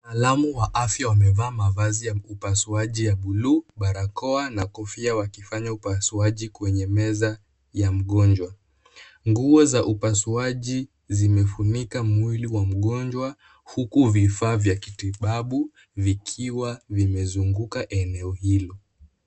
Wataalamu wa afya wamevaa mavazi ya upasuaji ya buluu, barakoa na kofia wakifanya upasuaji kwenye meza ya mgonjwa. Nguo za upasuaji zimefunika mwili wa mgonjwa, huku vifaa vya kitibabu vikiwa vimezunguka eneo hilo.